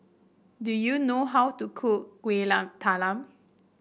do you know how to cook Kueh Talam